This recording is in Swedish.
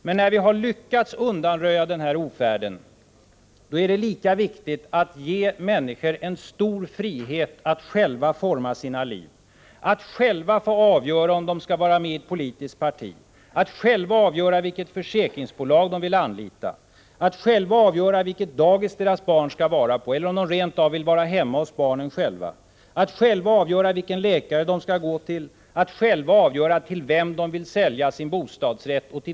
Men när vi har lyckats med att undanröja denna ofärd, då är det lika viktigt att ge människor en stor frihet att själva forma sina liv, att själva få avgöra om de skall vara med i ett politiskt parti, vilket försäkringsbolag de vill anlita, vilket dagis deras barn skall vara på, eller om de rent av själva vill vara hemma hos barnen. Människor skall också själva få avgöra vilka läkare de skall gå till, till vem och till vilket pris de vill sälja sin bostadsrätt.